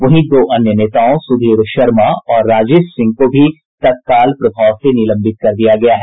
वहीं दो अन्य नेताओं सुधीर शर्मा और राजेश सिंह को तत्काल प्रभाव से निलंबित कर दिया गया है